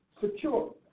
secure